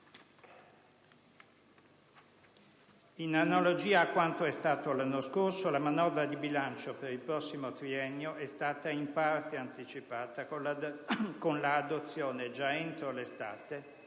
In analogia a quanto è accaduto l'anno scorso, la manovra di bilancio per il prossimo triennio è stata in parte anticipata con l'adozione, già entro l'estate,